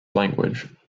language